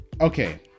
Okay